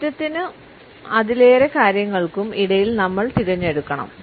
മാറ്റത്തിനും അതിലേറെ കാര്യങ്ങൾക്കും ഇടയിൽ നമ്മൾ തിരഞ്ഞെടുക്കണം